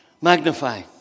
Magnify